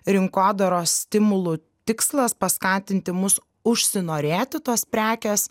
rinkodaros stimulų tikslas paskatinti mus užsinorėti tos prekės